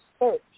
search